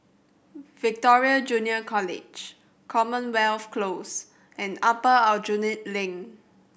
Victoria Junior College Commonwealth Close and Upper Aljunied Link